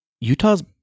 Utah's